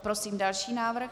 Prosím další návrh.